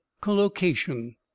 collocation